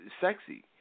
sexy